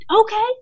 Okay